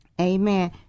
Amen